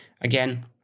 again